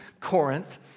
Corinth